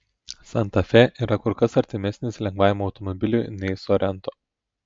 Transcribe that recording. santa fe yra kur kas artimesnis lengvajam automobiliui nei sorento